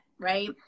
right